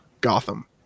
Gotham